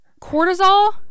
cortisol